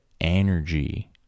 energy